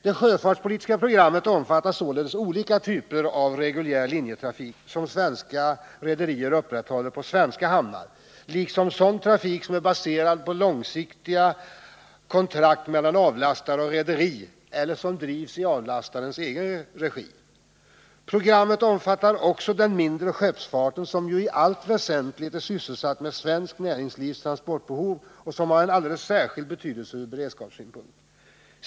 Det sjöfartspolitiska programmet omfattar således olika typer av reguljär linjetrafik som svenska rederier upprätthåller på svenska hamnar, liksom sådan trafik som är baserad på långsiktiga kontrakt mellan avlastare och rederi eller som drivs i avlastarens egen regi. Programmet omfattar också den mindre skeppsfarten, som ju i allt väsentligt är sysselsatt med svenskt näringslivs transportbehov och som har en alldeles särskild betydelse från beredskapssynpunkt.